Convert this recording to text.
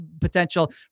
potential